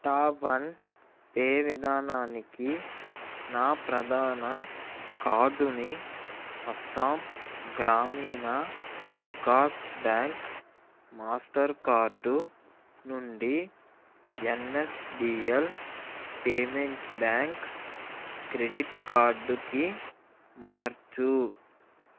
top one day విధానానికి నా ప్రధాన కార్డుని Assam Gramin Vikas bank master card నుండి ఎన్ఎస్డిఎల్ పేమెంట్స్ బ్యాంక్ క్రెడిట్ కార్డుకి మార్చు